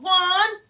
one